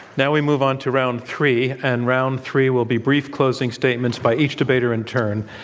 now we move on to round three, and round three will be brief closing statements by each debater in turn.